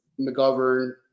McGovern